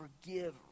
forgive